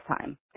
time